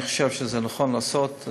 אני חושב שזה נכון לעשות,